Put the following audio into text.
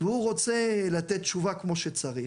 והוא רוצה לתת תשובה כמו שצריך,